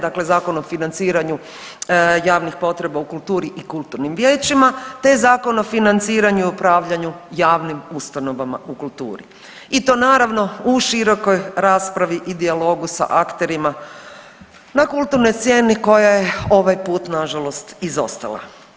Dakle Zakon o financiranju javnih potreba u kulturi i kulturnim vijećima, te Zakon o financiranju i upravljanju javnim ustanovama u kulturi i to naravno u širokoj raspravi i dijalogu sa akterima na kulturnoj sceni koja je ovaj put na žalost izostala.